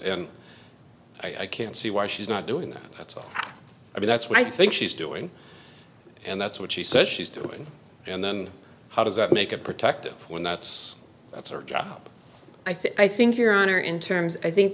and i can see why she's not doing that that's what i mean that's what i think she's doing and that's what she says she's doing and then how does that make a protective when that's that's our job i think your honor in terms i think